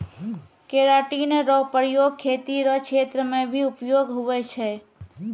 keratin रो प्रयोग खेती रो क्षेत्र मे भी उपयोग हुवै छै